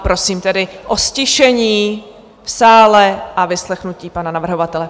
Prosím o ztišení v sále a vyslechnutí pana navrhovatele.